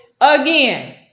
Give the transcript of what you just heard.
again